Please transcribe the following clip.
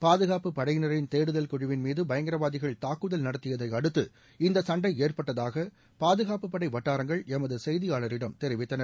பாதுகாப்பு படையினரின் தேடுதல் குழுவின்மீது பயங்கரவாதிகள் தாக்குதல் நடத்ததியதை அடுத்து இந்த சண்டை ஏற்பட்டதாக பாதுகாப்பு படை வட்டாரங்கள் எமது செய்தியாளரிடம் தெரிவித்தன